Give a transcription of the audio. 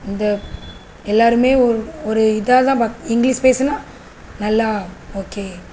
இந்த எல்லாருமே ஒரு ஒரு இதாகதான் பக் இங்கிலீஷ் பேசினா நல்லா ஓகே